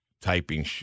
typing